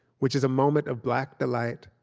which is a moment of black delight,